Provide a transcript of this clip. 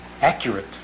accurate